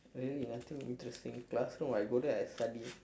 really nothing interesting classroom I go there I study